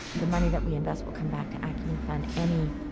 the money that we invest will come back to acumen fund. any